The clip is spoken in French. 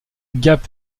gap